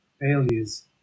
failures